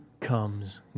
comes